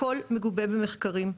הכול מגובה במחקרים.